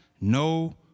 no